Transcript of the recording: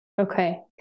Okay